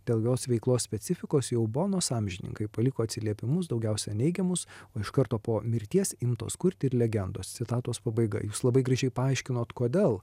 dėl jos veiklos specifikos jau bonos amžininkai paliko atsiliepimus daugiausia neigiamus o iš karto po mirties imtos kurti ir legendos citatos pabaiga jūs labai gražiai paaiškinot kodėl